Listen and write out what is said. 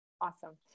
awesome